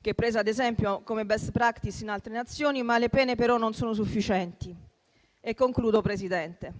che è presa ad esempio come *best practice* in altre Nazioni, ma le pene non sono sufficienti. Signor Presidente,